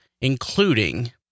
Including